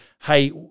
hey